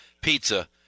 pizza